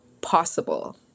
possible